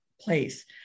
place